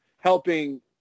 helping